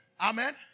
Amen